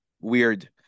weird